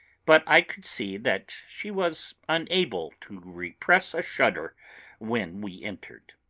but i could see that she was unable to repress a shudder when we entered.